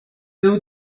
due